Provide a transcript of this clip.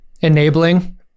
Enabling